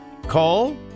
Call